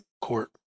court